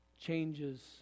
Changes